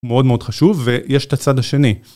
מאוד מאוד חשוב ויש את הצד השני.